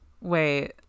Wait